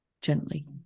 gently